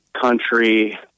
country